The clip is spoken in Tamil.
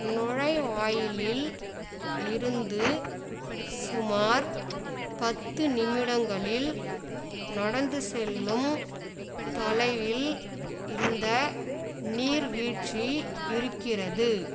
நுழைவாயிலில் இருந்து சுமார் பத்து நிமிடங்களில் நடந்து செல்லும் தொலைவில் இந்த நீர்வீழ்ச்சி இருக்கிறது